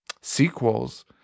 sequels